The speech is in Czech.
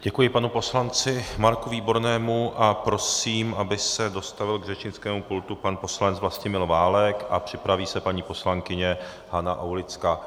Děkuji panu poslanci Marku Výbornému a prosím, aby se dostavil k řečnickému pultu pan poslanec Vlastimil Válek, a připraví se paní poslankyně Hana Aulická.